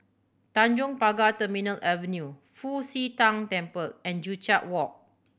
Tanjong Pagar Terminal Avenue Fu Xi Tang Temple and Joo Chiat Walk